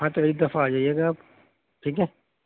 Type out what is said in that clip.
ہاں تو ا دفعہ آ جائیے گا آپ ٹھیک ہے